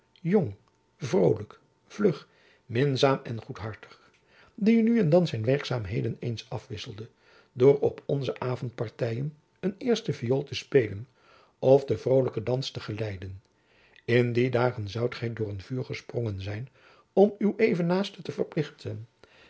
jong vrolijk vlug minzaam en goedhartig die nu en dan zijn werkzaamheden eens afwisselde door op onze avondpartyen een eersten viool te spelen of den vrolijken dans te geleiden in die jacob van lennep elizabeth musch dagen zoudt gy door een vuur gesprongen zijn om uw evennaaste te verplichten